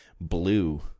blue